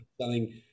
selling